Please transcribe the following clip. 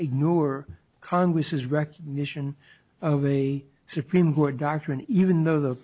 ignore congress recognition of a supreme court doctrine even though the